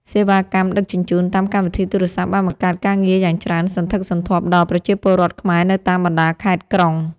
សេវាកម្មដឹកជញ្ជូនតាមកម្មវិធីទូរស័ព្ទបានបង្កើតការងារយ៉ាងច្រើនសន្ធឹកសន្ធាប់ដល់ប្រជាពលរដ្ឋខ្មែរនៅតាមបណ្ដាខេត្តក្រុង។